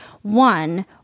One